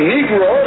Negro